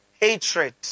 Hatred